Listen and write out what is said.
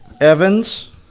Evans